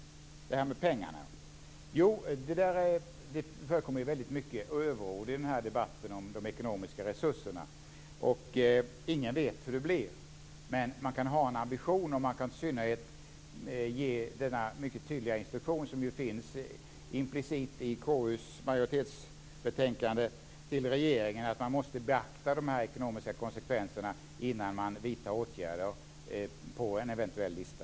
Det förekommer väldigt mycket av överord i debatten om de ekonomiska resurserna. Ingen vet hur det blir, men man kan ha en ambition och ge denna mycket tydliga instruktion som ges implicit i KU:s majoritetsbetänkande, att regeringen måste beakta de ekonomiska konsekvenserna innan den vidtar åtgärder beträffande en eventuell lista.